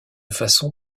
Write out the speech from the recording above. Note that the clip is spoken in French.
façon